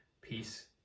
peace